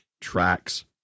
tracks